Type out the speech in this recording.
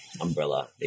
umbrella